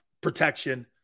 protection